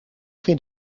vindt